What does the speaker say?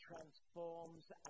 transforms